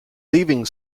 leaving